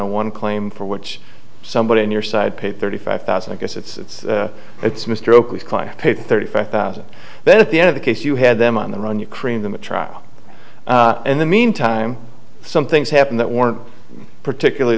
on one claim for which somebody on your side paid thirty five thousand i guess it's it's mr oakley client paid thirty five thousand but at the end of the case you had them on the run you cream them a trial in the meantime something's happened that weren't particularly